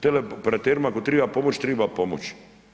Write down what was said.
Teleoperaterima, ako treba pomoć, treba pomoć.